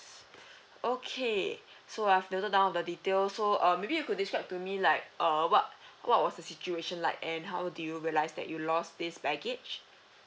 okay so I've noted down the details so err maybe you could describe to me like err what what was the situation like and how did you realise that you lost this baggage